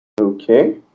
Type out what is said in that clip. Okay